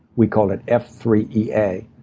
we call it f three e a,